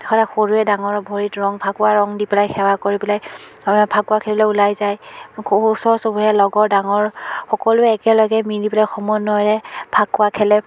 সৰুৱে ডাঙৰক ভৰিত ৰং ফাকুৱা ৰং দি পেলাই সেৱা কৰি পেলাই ফাকুৱা খেলিবলৈ ওলাই যায় ওচৰ চুবুৰীয়া লগৰ ডাঙৰ সকলোৱে একেলগে মিলি পেলাই সমন্বয়ৰে ফাকুৱা খেলে